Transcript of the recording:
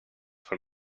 von